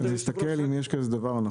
אסתכל אם יש כזה דבר.